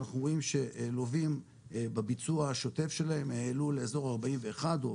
אנחנו רואים שלווים בביצוע השוטף שלהם העלו לאיזור 41 או